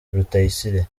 rutayisire